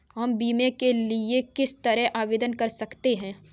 हम बीमे के लिए किस तरह आवेदन कर सकते हैं?